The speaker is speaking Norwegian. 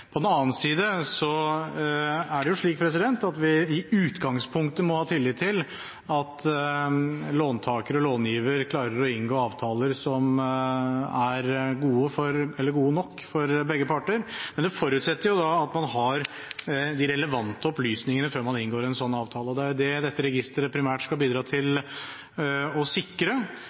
for den enkelte. På den annen side er det slik at vi i utgangspunktet må ha tillit til at låntaker og långiver klarer å inngå avtaler som er gode nok for begge parter, men det forutsetter da at man har de relevante opplysningene før man inngår en slik avtale. Det er det dette registeret primært skal bidra til å sikre